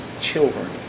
children